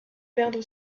perdre